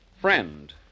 Friend